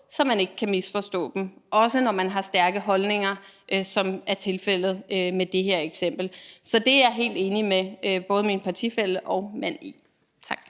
så man ikke kan misforstå dem, også når man har stærke holdninger, som det er tilfældet med det her eksempel. Så det er jeg helt enig med både min partifælle og mand i. Tak.